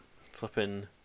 flipping